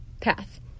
path